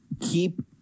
keep